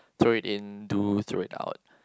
throw it in do throw it out